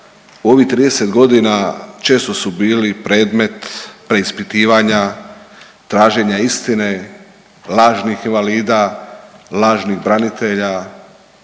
ovih 30 godina često su bili predmet preispitivanja, traženja istine, lažnih invalida, lažnih branitelja,